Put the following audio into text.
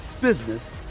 business